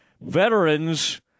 veterans